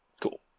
Cool